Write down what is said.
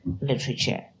literature